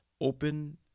Open